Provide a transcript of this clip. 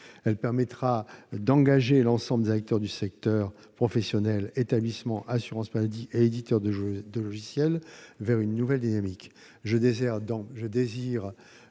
Elle permettra d'engager l'ensemble des acteurs du secteur, professionnels, établissements, assurance maladie et éditeurs de logiciels, dans une nouvelle dynamique. Je souhaite